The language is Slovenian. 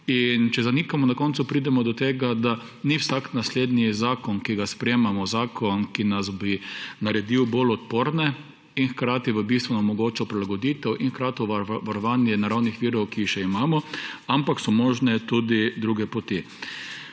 če zanikamo, na koncu pridemo do tega, da ni vsak naslednji zakon, ki ga sprejemamo, zakon, ki nas bi naredil bolj odporne in hkrati v bistvu nam omogočal prilagoditev in hkrati varovanje naravnih virov, ki jih še imamo, ampak so možne tudi druge poti.